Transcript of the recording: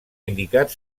indicat